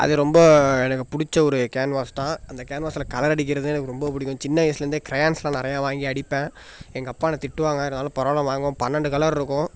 அது ரொம்ப எனக்கு பிடிச்ச ஒரு கேன்வாஸ் தான் அந்த கேன்வாஸில் கலர் அடிக்கிறது எனக்கு ரொம்ப பிடிக்கும் சின்ன வயசுலேருந்தே க்ரையான்ஸ் நான் நிறையா வாங்கி அடிப்பேன் எங்கள் அப்பா என்னை திட்டுவாங்கள் இருந்தாலும் பரவாயில்ல வாங்குவேன் பன்னெண்டு கலரிருக்கும்